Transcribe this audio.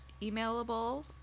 emailable